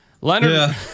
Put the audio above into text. Leonard